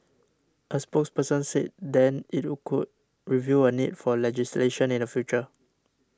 a spokesperson said then it could review a need for legislation in the future